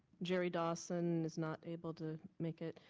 jerry dawson is not able to make it.